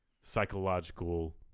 psychological